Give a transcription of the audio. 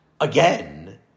again